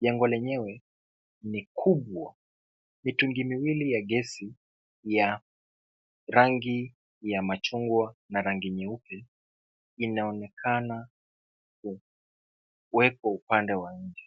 Jengo lenyewe ni kubwa mitungi mbili ya gesi ya rangi ya machungwa na rangi nyeupe inaonekana kuwekwa upande wa nje.